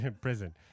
prison